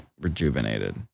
rejuvenated